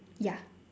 ya